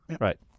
Right